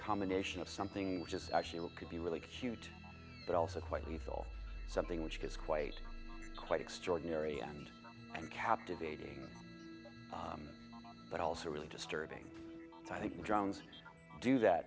combination of something which is actually what could be really cute but also quite lethal something which is quite quite extraordinary and captivating but also really disturbing i think drones do that